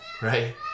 right